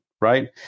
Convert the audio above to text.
Right